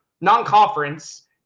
non-conference